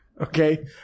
Okay